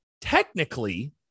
technically